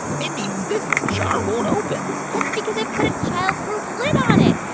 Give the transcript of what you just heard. mindy, this jar won't open that's because i put a childproof lid on it.